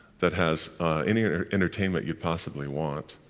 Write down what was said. that has any entertainment you'd possibly want,